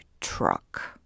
truck